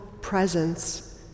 presence